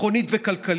ביטחונית וכלכלית.